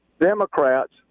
Democrats